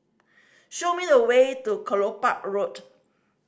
show me the way to Kelopak Road